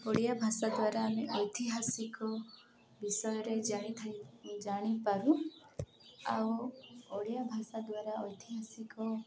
ଓଡ଼ିଆ ଭାଷା ଦ୍ୱାରା ଆମେ ଐତିହାସିକ ବିଷୟରେ ଜାଣିପାରୁ ଆଉ ଓଡ଼ିଆ ଭାଷା ଦ୍ୱାରା ଐତିହାସିକ